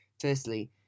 Firstly